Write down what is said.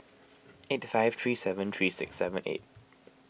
eight five three seven three six seven eight